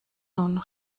nun